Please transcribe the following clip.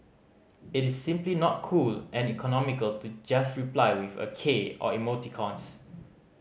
it is simply not cool and economical to just reply with a k or emoticons